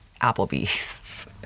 Applebee's